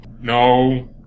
No